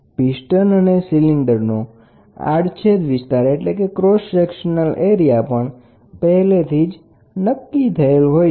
piston અને સિલિન્ડરનો આડછેદ વિસ્તાર પહેલાથી જ નક્કી હોય છે